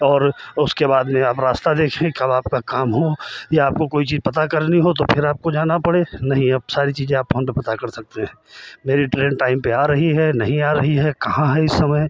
और उसके बाद में आप रास्ता देखें कब आपका काम हो या आपको कोई चीज पता करनी हो तो फिर आपको जाना पड़े नहीं अब सारी चीज़ें आप फ़ोन पे पता कर सकते हैं मेरी ट्रेन टाइम पे आ रही है नहीं आ रही है कहाँ है इस समय